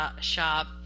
shop